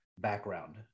background